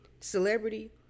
Celebrity